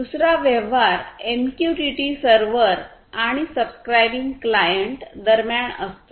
दुसरा व्यवहार MQTT server आणि सबस्क्राईबिंग क्लायंट दरम्यान असतो